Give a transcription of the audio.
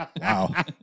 Wow